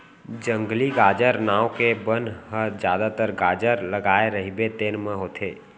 जंगली गाजर नांव के बन ह जादातर गाजर लगाए रहिबे तेन म होथे